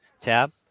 tab